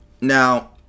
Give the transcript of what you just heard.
Now